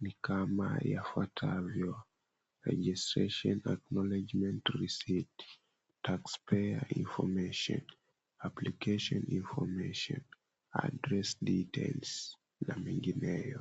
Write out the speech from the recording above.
ni kama yafuatavayo, "Registration, acknowlegdement, receipt, taxpayer information, application information, address details," na mengineyo.